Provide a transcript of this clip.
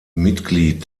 mitglied